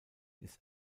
ist